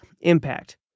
impact